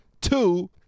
Two